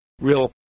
real